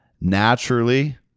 Naturally